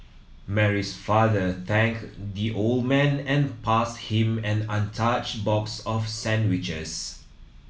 Mary's father thanked the old man and pass him an untouched box of sandwiches